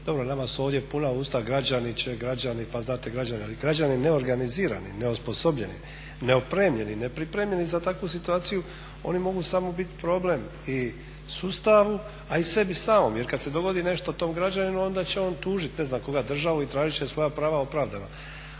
dobro nama su ovdje puna usta, građani će, građani, pa znate građani, ali građani neorganizirani, neosposobljeni, neopremljeni, nepripremljeni za takvu situaciju, oni mogu samo biti problem i sustavu, a i sebi samom jer kad se dogodi nešto tom građaninu onda će on tužit ne znam koga, državu i tražit će svoja prava opravdano.